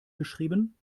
geschrieben